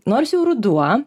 nors jau ruduo